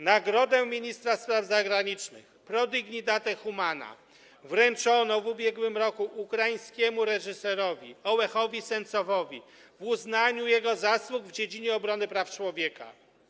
Nagrodę Ministra Spraw Zagranicznych „Pro Dignitate Humana” wręczono w ubiegłym roku ukraińskiemu reżyserowi Ołehowi Sencowowi w uznaniu jego zasług w dziedzinie obrony praw człowieka.